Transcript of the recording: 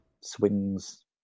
swings